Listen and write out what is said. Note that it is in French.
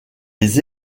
les